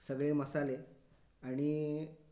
सगळे मसाले आणि